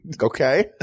okay